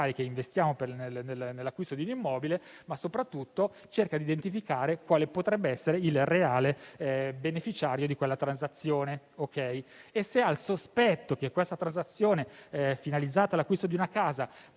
che si investono nell'acquisto dell'immobile, ma soprattutto cerca di identificare quale potrebbe essere il reale beneficiario di quella transazione e se ha il sospetto che quella transazione finalizzata all'acquisto di una casa